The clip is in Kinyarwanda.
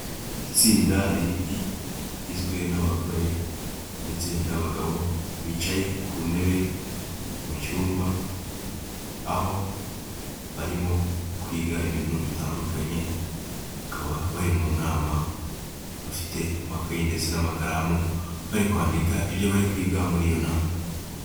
Itsinda rinini rigizwe n'abagore ndetse n'abagabo bicaye ku ntebe mu cyumba aho barimo kwiga ibintu bitandukanye, bakaba bari mu nama bafite amakaye ndetse n'amakaramu bari kwandika ibyo bari kwiga mur'iyo nama.